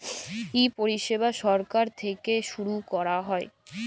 ই পরিছেবা ছরকার থ্যাইকে ছুরু ক্যরা হ্যয়